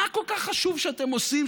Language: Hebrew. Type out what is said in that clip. מה כל כך חשוב שאתם עושים,